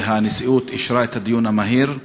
והנשיאות אישרה את הדיון המהיר.